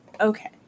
Okay